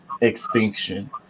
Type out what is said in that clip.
Extinction